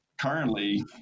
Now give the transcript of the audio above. currently